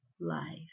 life